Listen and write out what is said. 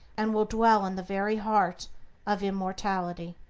and will dwell in the very heart of immortality.